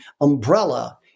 umbrella